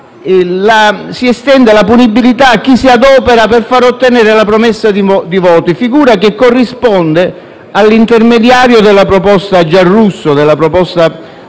si estende la punibilità a chi si adopera per far ottenere la promessa di voti, figura che corrisponde all'intermediario presente nella proposta